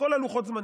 כל לוחות הזמנים.